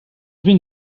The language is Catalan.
vint